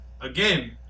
again